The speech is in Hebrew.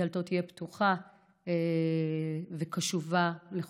דלתו תהיה פתוחה והוא יהיה קשוב לכל